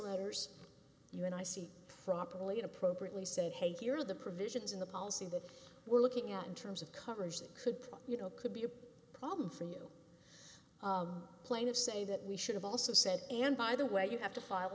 letters you and i see properly and appropriately said hey if you're the provisions in the policy that we're looking at in terms of coverage that could you know could be a problem for you plaintiffs say that we should have also said and by the way you have to file a